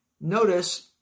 notice